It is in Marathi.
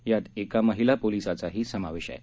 यात एका महिला पोलीसाचाही समावेश आहे